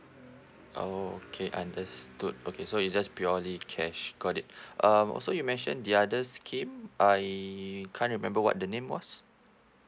okay understood okay so it's just purely cash got it um also you mentioned the other scheme I can't remember what the name was